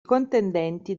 contendenti